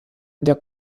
der